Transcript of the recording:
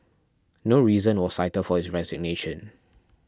no reason was cited for his resignation